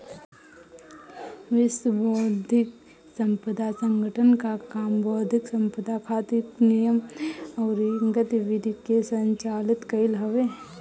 विश्व बौद्धिक संपदा संगठन कअ काम बौद्धिक संपदा खातिर नियम अउरी गतिविधि के संचालित कईल हवे